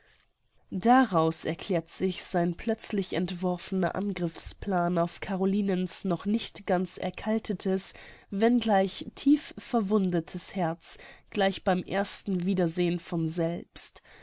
daraus erklärt sich sein plötzlich entworfener angriffsplan auf carolinens noch nicht ganz erkaltetes wenn gleich tiefverwundetes herz gleich beim ersten wiedersehen von selbst